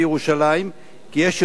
כי יש יותר חלופות,